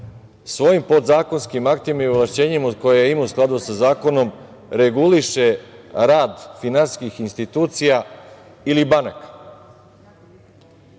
svojim podzakonskim aktima i ovlašćenjima koje ima u skladu sa zakonom reguliše rad finansijskih institucija ili banaka. Mogu